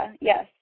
yes